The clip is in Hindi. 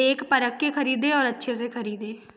देख परख के खरीदें और अच्छे से खरीदें